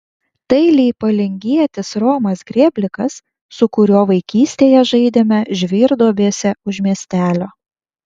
tai leipalingietis romas grėblikas su kuriuo vaikystėje žaidėme žvyrduobėse už miestelio